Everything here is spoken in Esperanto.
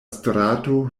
strato